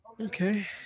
Okay